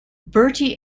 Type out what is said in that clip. bertie